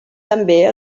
també